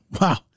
Wow